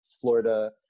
Florida